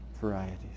varieties